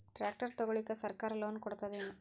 Tractor ತಗೊಳಿಕ ಸರ್ಕಾರ loan ಕೊಡತದೇನು?